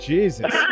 Jesus